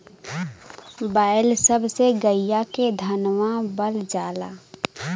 बैल सब से गईया के धनवावल जाला